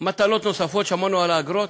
מטלות נוספת, שמענו על האגרות,